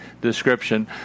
description